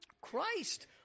Christ